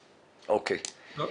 בדבר.